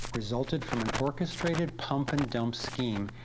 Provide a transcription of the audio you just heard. resulted from an orchestrated pump and dump scheme,